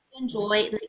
enjoy